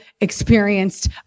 experienced